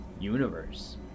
universe